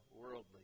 worldly